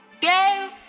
Go